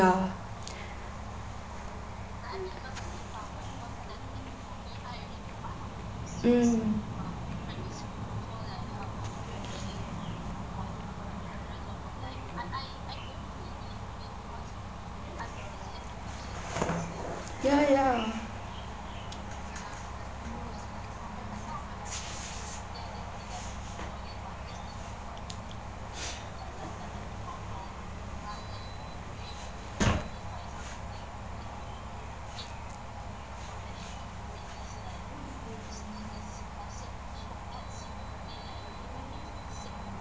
mm ya ya